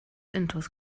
intus